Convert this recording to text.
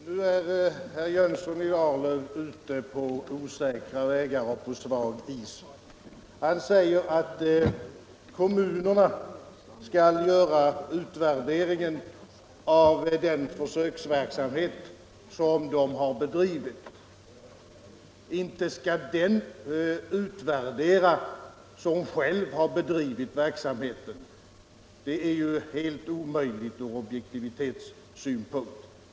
Herr talman! Nu är herr Jönsson i Arlöv ute på osäkra vägar och på svag is. Han säger att kommunerna skall göra utvärderingen av den försöksverksamhet som de har bedrivit. Inte skall den utvärdera som själv har bedrivit försöksverksamheten — det är ju helt omöjligt ur objektivitetssynpunkt.